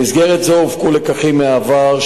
במסגרת זו הופקו לקחים מהעבר,